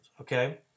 okay